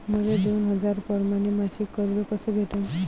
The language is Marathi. मले दोन हजार परमाने मासिक कर्ज कस भेटन?